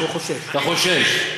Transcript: אתה חושש.